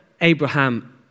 Abraham